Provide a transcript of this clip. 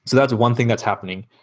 so that's one thing that's happening.